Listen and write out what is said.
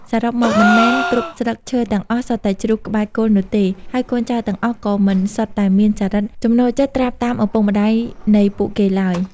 សរុបមកមិនមែនគ្រប់ស្លឹកឈើទាំងអស់សុទ្ធតែជ្រុះក្បែរគល់នោះទេ ហើយកូនចៅទាំងអស់ក៏មិនសុទ្ធតែមានចរិក ចំណូលចិត្តត្រាប់តាមឪពុកម្តាយនៃពួកគេឡើយ។